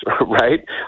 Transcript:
right